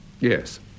yes